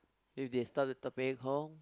if they started